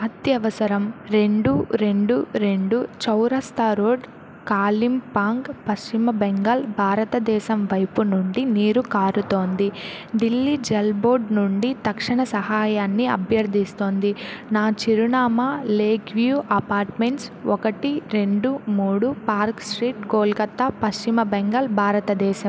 అత్యవసరం రెండు రెండు రెండు చౌరాస్తా రోడ్ కాలింపాంగ్ పశ్చిమ బెంగాల్ భారతదేశం పైపు నుండి నీరు కారుతోంది ఢిల్లీ జల్ బోర్ద్ నుండి తక్షణ సహాయాన్ని అభ్యర్థిస్తోంది నా చిరునామా లేక్ వ్యూ అపార్ట్మెంట్స్ ఒకటి రెండు మూడు పార్క్ స్ట్రీట్ కోల్కతా పశ్చిమ బెంగాల్ భారతదేశం